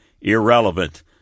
irrelevant